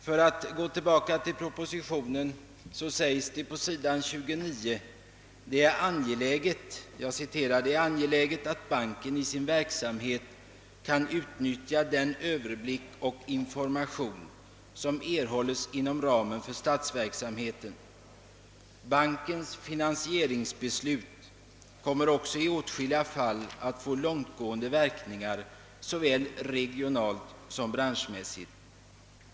För att gå tillbaka till propositionen så säges på s. 29: »Det är angeläget att banken i sin verksamhet kan utnyttja den överblick och information som erhålls inom ramen för statsverksamheten. Bankens finansieringsbeslut kommer också i åtskilliga fall att få långtgående verkningar såväl regionalt som branschmässigt.